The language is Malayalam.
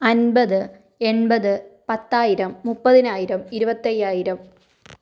അൻപത് എൺപത് പത്തായിരം മുപ്പതിനായിരം ഇരുപത്തയ്യായിരം